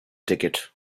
ticket